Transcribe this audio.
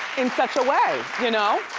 in such a way, you know?